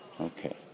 Okay